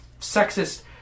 sexist